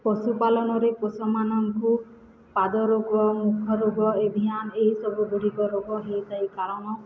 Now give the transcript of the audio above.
ପଶୁପାଳନରେ ପଶୁମାନଙ୍କୁ ପାଦ ରୋଗ ମୁଖ ରୋଗ ଏଭିଆନ୍ ଏହିସବୁ ଗୁଡ଼ିକ ରୋଗ ହେଇଥାଏ କାରଣ